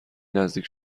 نزدیک